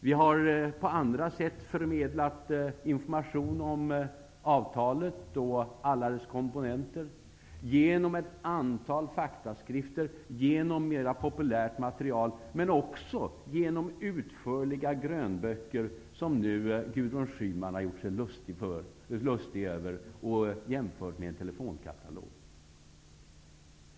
Vi har på andra sätt förmedlat information om avtalet och alla dess komponenter genom ett antal faktaskrifter och genom mer populärt material men också genom utförliga grönböcker som Gudrun Schyman nu har gjort sig lustig över och jämfört med en telefonkatalog.